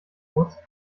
muss